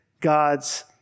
God's